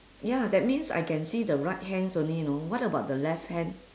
ya that means I can see the right hands only you know what about the left hand